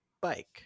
bike